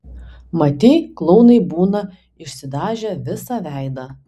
matei klounai būna išsidažę visą veidą